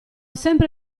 sempre